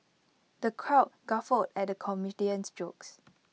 the crowd guffawed at the comedian's jokes